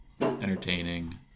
entertaining